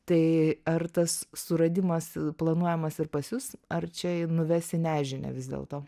tai ar tas suradimas planuojamas ir pas jus ar čia nuves į nežinią vis dėlto